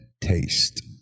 taste